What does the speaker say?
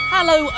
Hello